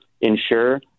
ensure